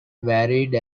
varied